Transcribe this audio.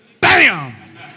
Bam